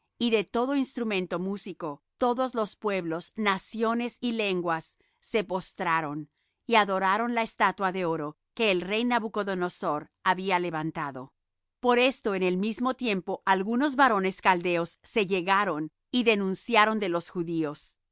y de todo instrumento músico todos los pueblos naciones y lenguas se postraron y adoraron la estatua de oro que el rey nabucodonosor había levantado por esto en el mismo tiempo algunos varones caldeos se llegaron y denunciaron de los judíos